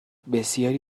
بسیاری